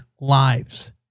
lives